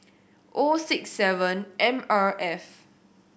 O six seven M R F